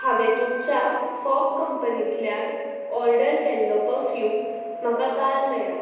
हांवें तुमच्या फॉग कंपनींतल्यान ऑर्डर केल्लो पर्फ्यूम म्हाका काल मेळ्ळो